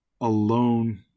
alone